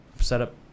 setup